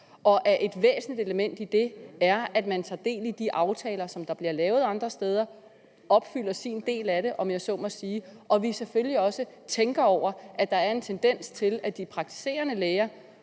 at et væsentligt element i det er, at man tager del i de aftaler, som der bliver lavet andre steder, opfylder sin del af dem, om jeg så må sige, og at vi selvfølgelig også tænker over, at der er en tendens til, at de praktiserende læger